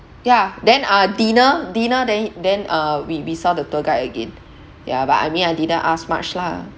yeah then ah dinner dinner then then uh we we saw the tour guide again yeah but I mean I didn't ask much lah